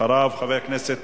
אחריו, חבר הכנסת